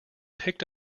picked